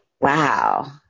wow